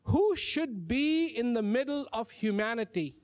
who should be in the middle of humanity